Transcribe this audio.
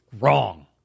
wrong